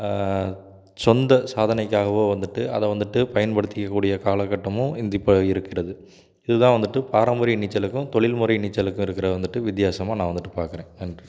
சொந்த சாதனைக்காகவோ வந்துவிட்டு அதை வந்துவிட்டு பயன்படுத்திக்க கூடிய காலகட்டமும் இந்த இப்போ இருக்கிறது இதுதான் வந்துவிட்டு பாரம்பரிய நீச்சலுக்கும் தொழில்முறை நீச்சலுக்கும் இருக்கிற வந்துவிட்டு வித்தியாசமாக நான் வந்துவிட்டு பார்க்குறேன் நன்றி